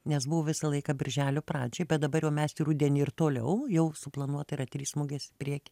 nes buvo visą laiką birželio pradžioj bet dabar jau mes į rudenį ir toliau jau suplanuota yra trys mugės prieky